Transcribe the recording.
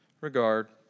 regard